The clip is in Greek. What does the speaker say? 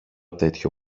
τέτοιο